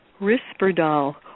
Risperdal